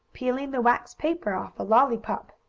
peeling the wax paper off a lollypop.